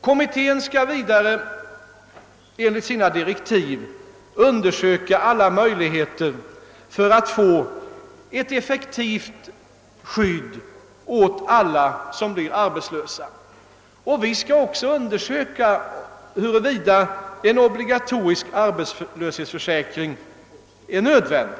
Kommittén skall vidare enligt sina direktiv undersöka alla möjligheter för att få till stånd ett effektivt skydd för alla som blir arbetslösa. Kommittén skall också undersöka huruvida en obligatorisk arbetslöshetsförsäkring är nödvändig.